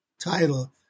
title